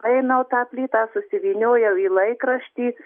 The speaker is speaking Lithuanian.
paėmiau tą plytą susivyniojau į laikraštį